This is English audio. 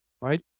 Right